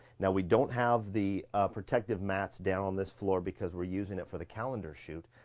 now, we don't have the protective mats down on this floor, because we're using it for the calendar shoot,